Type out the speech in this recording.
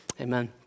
amen